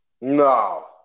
No